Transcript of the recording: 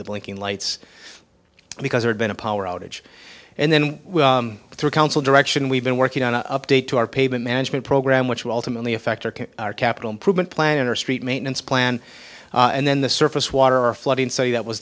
the blinking lights because there's been a power outage and then through council direction we've been working on a update to our payment management program which will ultimately affect our capital improvement plan or street maintenance plan and then the surface water or flooding so that was